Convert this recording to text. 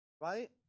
right